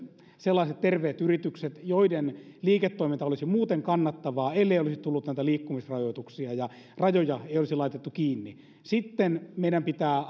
sellaiset terveet yritykset joiden liiketoiminta olisi muuten kannattavaa ellei olisi tullut näitä liikkumisrajoituksia ja rajoja ei olisi laitettu kiinni sitten meidän pitää